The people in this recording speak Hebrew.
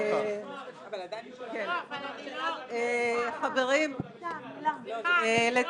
אתה תחזיר לי את הזמן --- חברים -- סליחה, לא.